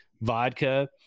vodka